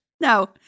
No